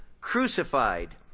crucified